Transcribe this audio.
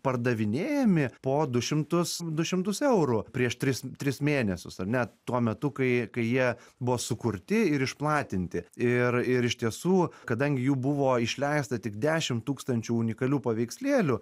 pardavinėjami po du šimtus du šimtus eurų prieš tris tris mėnesius ar net tuo metu kai kai jie buvo sukurti ir išplatinti ir ir iš tiesų kadangi jų buvo išleista tik dešimt tūkstančių unikalių paveikslėlių